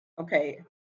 Okay